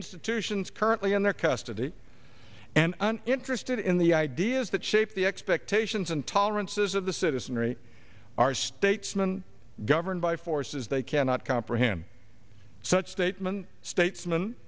institutions currently in their custody and an interested in the ideas that shape the expectations and tolerances of the citizenry are statesman governed by forces they cannot comprehend such statement statesm